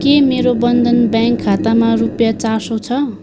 के मेरो बन्धन ब्याङ्क खातामा रुपियाँ चार सौ छ